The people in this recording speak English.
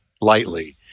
lightly